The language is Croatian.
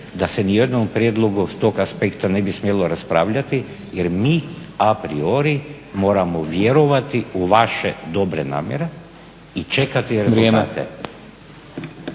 da se nijednom prijedlogu s tog aspekta ne bi smjelo raspravljati jer mi a priori moramo vjerovati u vaše dobre namjere i čekati rezultate.